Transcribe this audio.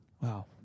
Wow